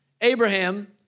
Abraham